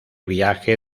viaje